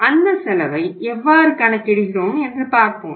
அந்த செலவை எவ்வாறு கணக்கிடுகிறோம் என்று பார்ப்போம்